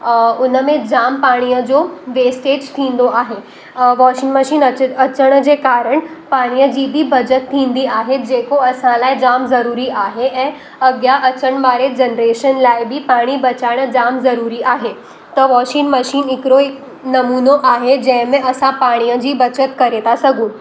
हुन में जाम पाणीअ जो वेस्टेज थींदो आहे वॉशिंग मशीन अचण अचण जे कारण पाणीअ जी बि बचति थींदी आहे जेको असां लाइ जामु ज़रूरी आहे ऐं अॻियां अचण वारे जनरेशन लाइ बि पाणी बचाइण ज़ाम ज़रूरी आहे त वॉशिंग मशीन हिकिड़ो हिकु नमूनो आहे जंहिं में असां पाणीअ जी बचति करे था सघूं